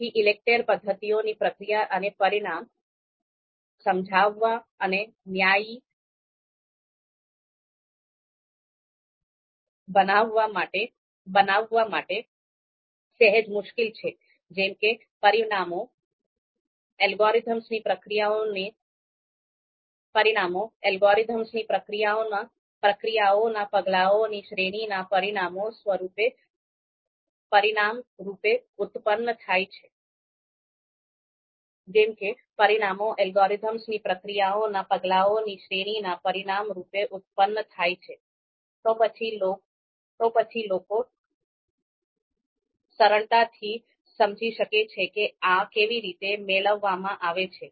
તેથી ઈલેકટેર પદ્ધતિઓની પ્રક્રિયા અને પરિણામ સમજાવવા અને ન્યાયી બનાવવા માટે સહેજ મુશ્કેલ છે જેમ કે પરિમાણો એલ્ગોરિધમ ની પ્રક્રિયાઓના પગલાઓની શ્રેણીના પરિણામ રૂપે ઉત્પન્ન થાય છે તો પછી લોકો સરળતાથી સમજી શકે છે કે આ કેવી રીતે મેળવવામાં આવે છે